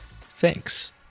Thanks